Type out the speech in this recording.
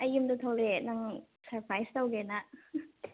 ꯑꯩ ꯌꯨꯝꯗ ꯊꯣꯛꯂꯛꯑꯦ ꯅꯪ ꯁꯔꯄ꯭ꯔꯥꯏꯖ ꯇꯧꯒꯦꯅ